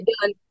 done